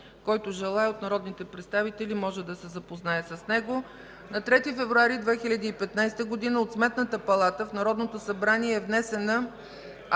който желае от народните представители, може да се запознае с него. На 3 февруари 2015 г. от Сметната палата в Народното събрание е внесена актуализираната